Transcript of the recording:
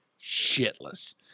shitless